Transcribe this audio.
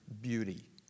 beauty